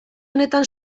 honetan